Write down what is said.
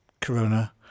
corona